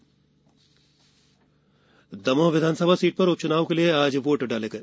दुमोह उपचुनाव दमोह विधानसभा सीट पर उपच्नाव के लिए आज वोट डाले गए